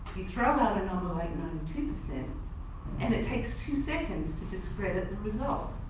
you throw out a number like ninety two percent and it takes two seconds to discredit the result.